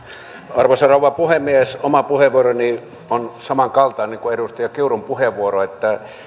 arvoisa rouva puhemies oma puheenvuoroni on samankaltainen kuin edustaja kiurun puheenvuoro